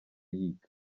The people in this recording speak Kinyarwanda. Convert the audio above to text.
yiga